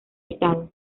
estado